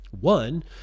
One